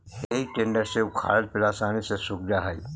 हेइ टेडर से उखाड़ल पेड़ आसानी से सूख जा हई